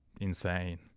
insane